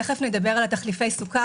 תיכף נדבר על תחליפי הסוכר.